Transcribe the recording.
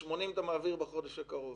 80 מיליון אתה מעביר בחודש הקרוב.